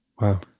Wow